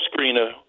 screener